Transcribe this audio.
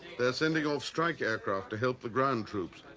they're sending off strike aircraft to help the ground troops.